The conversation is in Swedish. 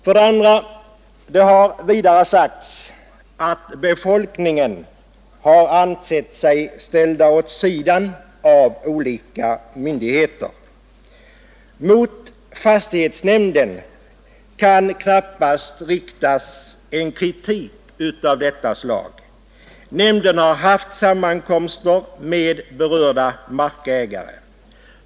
För det andra: Man har sagt att befolkningen ansett sig ställd åt sidan av olika myndigheter. Mot fastighetsnämnden kan knappast riktas en kritik av detta slag. Nämnden har haft sammankomster med berörda markägare.